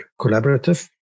Collaborative